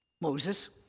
Moses